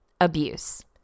Abuse